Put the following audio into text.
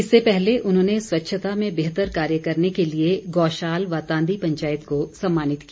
इससे पहले उन्होंने स्वच्छता में बेहतर कार्य करने के लिए गौशाल व तांदी पंचायत को सम्मानित किया